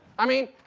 i mean,